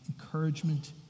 encouragement